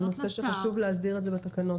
זה נושא שחשוב להסדיר את זה בתקנות.